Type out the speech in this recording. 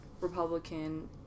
Republican